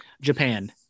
Japan